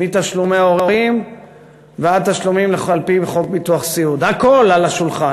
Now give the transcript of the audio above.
מתשלומי הורים ועד תשלומים לפי חוק ביטוח סיעוד הכול על השולחן,